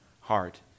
heart